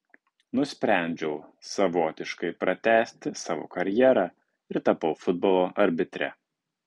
nusprendžiau savotiškai pratęsti savo karjerą ir tapau futbolo arbitre